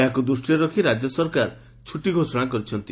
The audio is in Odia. ଏହାକୁ ଦୂଷିରେ ରଖି ରାଜ୍ୟ ସରକାର ଛୁଟି ଘୋଷଣା କରିଛନ୍ତି